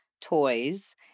toys